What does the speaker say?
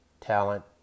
talent